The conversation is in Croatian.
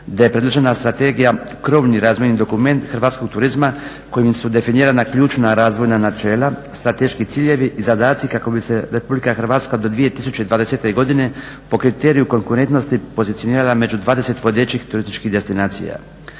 da je predložena strategija krovni razvojni dokument hrvatskog turizma kojim su definirana ključna razvojna načela, strateški ciljevi i zadaci kako bi se Republika Hrvatska do 2020. godine po kriteriju konkurentnosti pozicionirala među 20 vodećih turističkih destinacija.